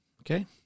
Okay